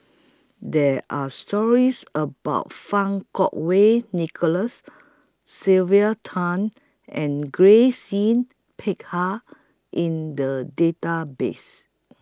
There Are stories about Fang Kuo Wei Nicholas Sylvia Tan and Grace Yin Peck Ha in The Database